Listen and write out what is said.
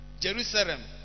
Jerusalem